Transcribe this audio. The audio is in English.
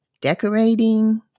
decorating